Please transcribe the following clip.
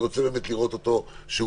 אני רוצה לראות שהוא מתקיים.